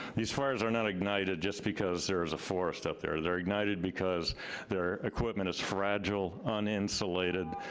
these fires are not ignited just because there's a forest up there. they're ignited because their equipment is fragile, uninsulated,